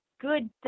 good